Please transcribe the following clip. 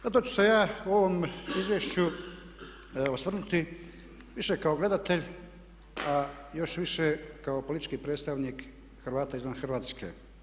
Zato ću se ja u ovom izvješću osvrnuti više kao gledatelj, još više kao politički predstavnik Hrvata izvan Hrvatske.